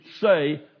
say